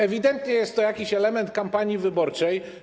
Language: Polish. Ewidentnie jest to jakiś element kampanii wyborczej.